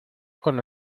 con